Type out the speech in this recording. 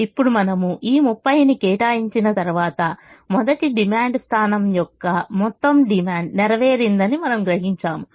ఇప్పుడు మనము ఈ 30 ని కేటాయించిన తర్వాత మొదటి డిమాండ్ స్థానం యొక్క మొత్తం డిమాండ్ నెరవేరిందని మనం గ్రహించాము